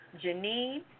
Janine